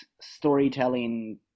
storytelling